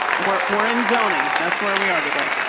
we're, we're in zoning. that's where we are today.